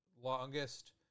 longest